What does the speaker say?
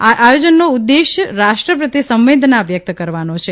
આ આયોજનોનો ઉદ્દેશ રાષ્ટ્ર પ્રત્યે સંવેદના વ્યકત કરવાનો છે